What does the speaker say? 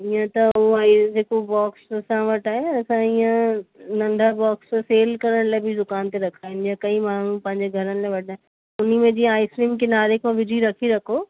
ईंअ त हू आइस जेको बॉक्स असां वटि आहे असां ईंअ नंढा बॉक्स सेल करण लाइ बि दुकान ते रखंदा आहियूं जीअं कई माण्हू पंहिंजे घरनि लाइ वठंदा आहिनि उन में जीअं आइस्क्रीम किनारे खां विझी रखो